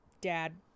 dad